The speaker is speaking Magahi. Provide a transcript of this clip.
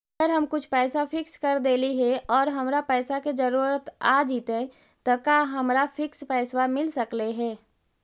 अगर हम कुछ पैसा फिक्स कर देली हे और हमरा पैसा के जरुरत आ जितै त का हमरा फिक्स पैसबा मिल सकले हे?